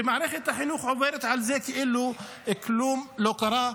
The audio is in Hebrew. ומערכת החינוך עוברת על זה כאילו כלום לא קרה.